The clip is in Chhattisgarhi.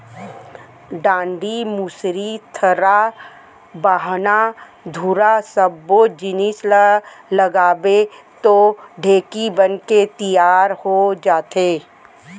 डांड़ी, मुसरी, थरा, बाहना, धुरा सब्बो जिनिस ल लगाबे तौ ढेंकी बनके तियार हो जाथे